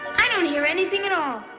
i don't hear anything at all.